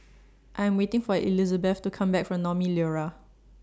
I'm waiting For Elisabeth to Come Back from Naumi Liora